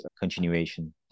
continuation